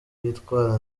yitwara